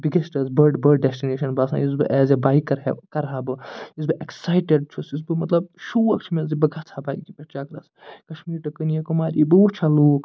بِگیٚسٹہٕ حظ بٔڑ بٔڑ ڈیٚسٹِنیشَن باسان یۄس بہٕ ایز اےٚ بایکر کرٕ ہا بہٕ یُس بہٕ ایٚکسایٹِسڈ چھُس بہٕ یُس بہٕ مطلب شوق چھُ مےٚ زِ بہٕ گژھہٕ ہا بایکہِ پٮ۪ٹھ چکرَس کَشمیٖر ٹُو کٔنیاکُماری بہٕ وُچھ ہا لوٗکھ